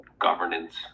governance